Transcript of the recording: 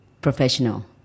professional